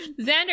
Xander